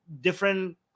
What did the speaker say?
different